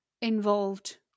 involved